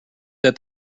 that